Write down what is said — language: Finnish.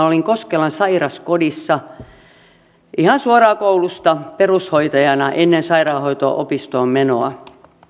olin koskelan sairaskodissa ihan suoraan koulusta perushoitajana ennen sairaanhoito opistoon menoa